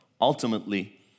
ultimately